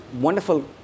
wonderful